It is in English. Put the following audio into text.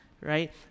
right